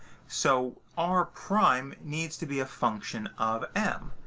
so r prime needs to be a function of m.